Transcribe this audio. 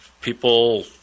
people